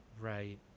Right